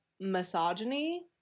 misogyny